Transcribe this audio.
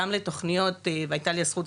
גם לתוכניות והייתה לי הזכות,